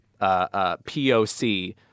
POC